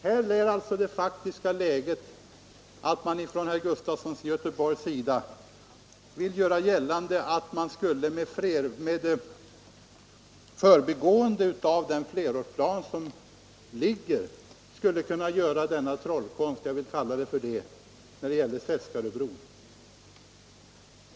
Här är alltså det faktiska läget detta, att herr Gustafson i Göteborg anser att man skulle kunna göra en trollkonst — jag vill kalla det för det — när det gäller Seskaröbron och gå förbi den antagna flerårsplanen.